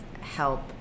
help